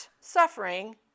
suffering